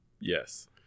Yes